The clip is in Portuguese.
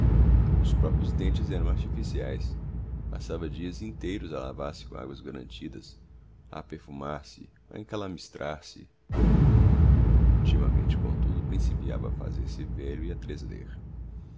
os proprios dentes eram artificiaes passava dias inteiros a lavar se com aguas garantidas a perfumar se a encalamistrar se ultimamente comtudo principiava a fazer-se velho e a